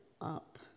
up